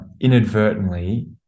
inadvertently